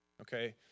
okay